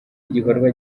igikorwa